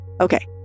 Okay